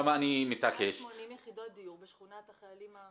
180 יחידות דיור בשכונת החיילים המשוחררים.